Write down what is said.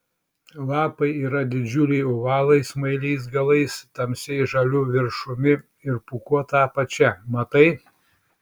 lapai yra didžiuliai ovalai smailais galais tamsiai žaliu viršumi ir pūkuota apačia matai